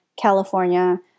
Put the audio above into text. California